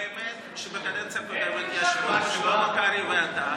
אבל האמת שבקדנציה הקודמת ישבו רק שלמה קרעי ואתה,